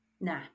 Nah